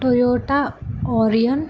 Toyota orion